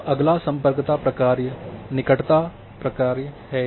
अब अगला सम्पर्कता प्रक्रिया निकटता प्रक्रिया है